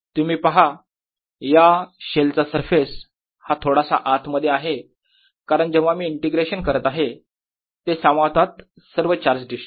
तुम्ही पहा या शेलचा सरफेस हा थोडासा आत मध्ये आहे कारण जेव्हा मी हे इंटिग्रेशन करत आहे ते सामावत सर्व चार्ज डिस्ट्रीब्यूशन